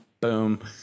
Boom